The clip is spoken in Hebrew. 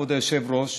כבוד היושב-ראש,